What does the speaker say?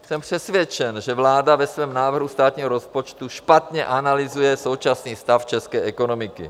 Jsem přesvědčen, že vláda ve svém návrhu státního rozpočtu špatně analyzuje současný stav české ekonomiky.